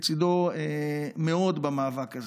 מאוד לצידו במאבק הזה,